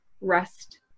rest